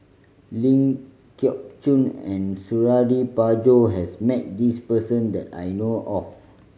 Ling Geok Choon and Suradi Parjo has met this person that I know of